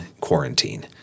quarantine